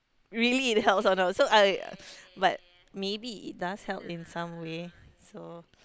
really it helps or not so I but maybe it does help in some way so